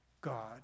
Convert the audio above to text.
God